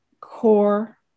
core